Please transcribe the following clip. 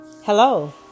Hello